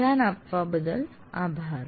ધ્યાન આપવા બદલ આભાર